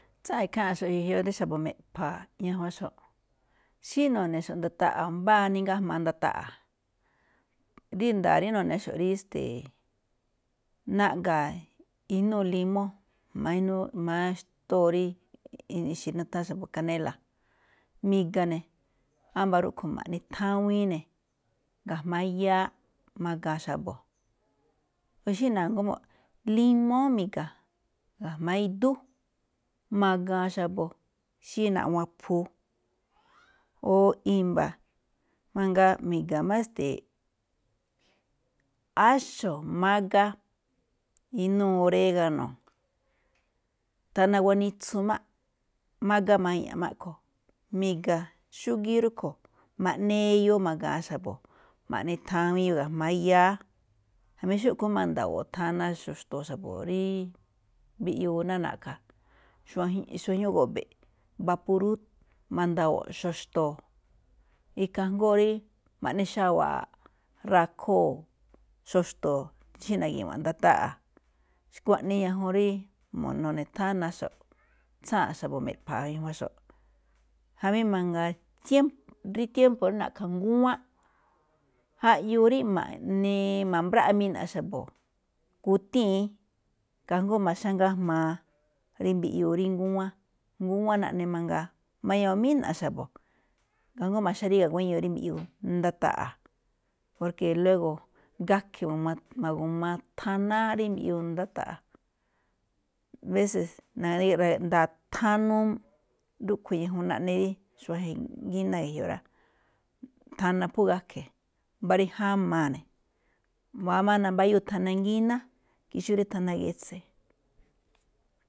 Tsáa̱nꞌ ikháa̱nꞌxo̱ꞌ ge̱jioꞌ rí xa̱bo̱ me̱ꞌpha̱a̱ ñajuanxo̱ꞌ, xí nu̱ne̱xo̱ꞌ ndita̱ꞌa̱ mbáa nijngájmaa nda̱ta̱ꞌa̱, ri nda̱a̱ rí nu̱ne̱xo̱ꞌ rí esteeꞌ, naꞌga̱ inúu limó, jma̱á xtóo ri nutháán xa̱bo̱ ixe̱ kanéla̱, mi̱ga̱ne̱. Ámba̱ rúꞌkhue̱n ma̱ꞌne thawiin ne̱, ga̱jma̱á yááꞌ ma̱ga̱a̱n xa̱bo̱. Xí na̱nguá mbo̱ꞌ, limón mi̱ga̱, ga̱jma̱á idú, ma̱ga̱a̱n xa̱bo̱ xí naꞌwon aphuu. o i̱mba̱ mangaa mi̱ga̱ máꞌ esteeꞌ, áxo̱, mágá, inúu oréga̱no̱, thana gunitsu máꞌ, mágá maña̱ꞌ a̱ꞌkhue̱n mi̱ga̱ xúgíí rúꞌkhue̱n, ma̱ꞌne eyoo ma̱ga̱a̱n xa̱bo̱, ma̱ꞌne thawiin ne̱ ga̱jma̱á yááꞌ. Jamí xúꞌkhue̱n máꞌ ma̱nda̱wo̱o̱ thana xo̱xto̱o̱ xa̱bo̱ rí mbiꞌyuu thana rí na̱ꞌkha̱ xuajñúú go̱be̱ꞌ bapurúꞌ, ma̱nda̱wo̱o̱ xo̱xto̱o̱. Ikhaa jngó rí ma̱ꞌne xawaaꞌ rakhóo̱, xo̱xto̱o̱, xí na̱gi̱wa̱nꞌ ndita̱ꞌa̱. Xkuaꞌnii ñajuun rí nu̱ne̱ thánaxo̱ꞌ, tsáa̱nꞌ xa̱bo̱ me̱ꞌpha̱a̱ ñajuanxo̱ꞌ. Jamí mangaa tiémpo̱, rí tiémpo̱ rí na̱ꞌkha̱ ngúwánꞌ, jaꞌyoo rí ma̱ꞌne ma̱mbraꞌa mina̱ꞌ xa̱bo̱ kutíi̱n kajngó ma̱xá ngájmaa ri mbiꞌyuu ngúwán, ngúwán naꞌne mangaa ma̱ñawa̱n mína̱ꞌ xa̱bo̱, kajngó ma̱xáríga̱ guéño rí mbiꞌyuu ndita̱ꞌa̱, porke luégo̱, gakhe̱ ma̱gu̱ thanáá rí mbi̱ꞌyuu ndita̱ꞌa̱, abése̱ naríga̱ nda̱a̱ thanuu. Rúꞌkhue̱n ñajuun naꞌne rí xuajen ngíná ge̱jioꞌ rá, thana phú gakhe̱, mbá rí jámaa ne̱, i̱wa̱á máꞌ nambáyúu thana ngíná, ke xó ri thana getse̱.